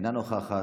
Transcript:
אינה נוכחת,